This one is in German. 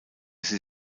sie